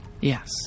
Yes